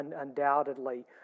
undoubtedly